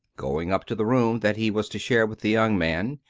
going up to the room that he was to share with the young man,